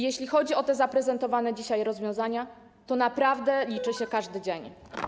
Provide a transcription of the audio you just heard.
Jeśli chodzi o te zaprezentowane dzisiaj rozwiązania, to naprawdę liczy się każdy dzień.